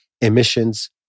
emissions